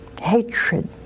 hatred